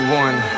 one